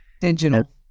Digital